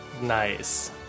Nice